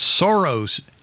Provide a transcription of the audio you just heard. Soros